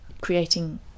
creating